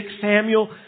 Samuel